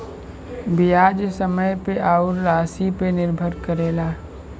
बियाज समय पे अउर रासी पे निर्भर करेला